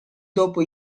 dopo